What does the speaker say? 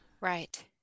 Right